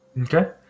Okay